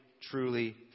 truly